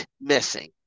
missing